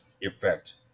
effect